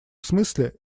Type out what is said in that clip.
смысле